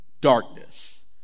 darkness